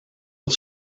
het